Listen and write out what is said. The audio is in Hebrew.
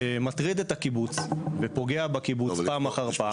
שמטריד את הקיבוץ, ופוגע בקיבוץ פעם אחר פעם.